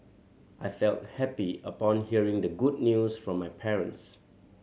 I felt happy upon hearing the good news from my parents